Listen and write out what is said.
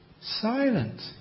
silent